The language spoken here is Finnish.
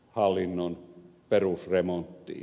hallinnon perusremonttiin